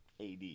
AD